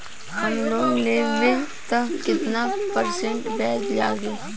हम लोन लेब त कितना परसेंट ब्याज लागी?